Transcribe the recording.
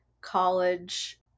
college